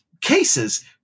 cases